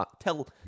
tell